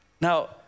Now